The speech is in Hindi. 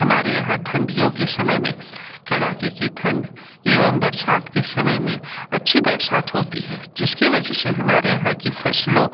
हमारे यहाँ ठंढियों के समय में कड़ाके की ठंड एवं बरसात के समय में अच्छी बरसात होती है जिसकी वजह से हमारे यहाँ कि फ़सलों